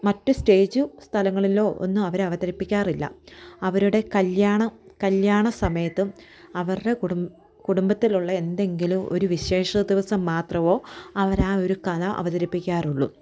മറ്റു സ്റ്റേജ് സ്ഥലങ്ങളിലോ ഒന്നും അവർ അവതരിപ്പിക്കാറില്ല അവരുടെ കല്ല്യാണ കല്ല്യാണ സമയത്തും അവരുടെ കുടുംബത്തിലുള്ള എന്തെങ്കിലും ഒരു വിശേഷ ദിവസം മാത്രമോ അവർ ആ ഒരു കല അവതരിപ്പിക്കാറുള്ളു